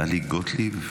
טלי גוטליב,